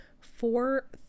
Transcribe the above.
four